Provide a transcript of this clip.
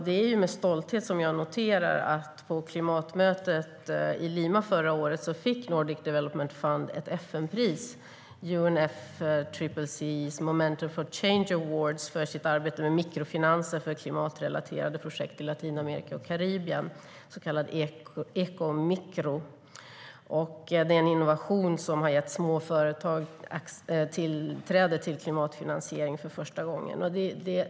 Det är med stolthet som jag noterar att Nordic Development Fund på klimatmötet i Lima förra året fick ett FN-pris, UNFCCC Momentum for Change Award, för sitt arbete med mikrofinanser för klimatrelaterade projekt i Latinamerika och Karibien, så kallade Eco Micro. Det är en innovation som har gett småföretag tillträde till klimatfinansiering för första gången.